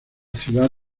ciudad